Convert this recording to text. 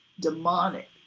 demonic